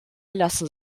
lassen